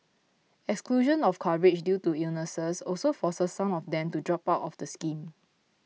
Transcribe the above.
exclusion of coverage due to illnesses also forces some of them to drop out of the scheme